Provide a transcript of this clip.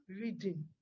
reading